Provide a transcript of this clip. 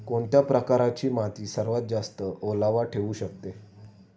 कोणत्या प्रकारची माती सर्वात जास्त ओलावा ठेवू शकते?